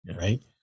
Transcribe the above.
right